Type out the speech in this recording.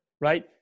Right